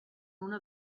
una